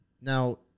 Now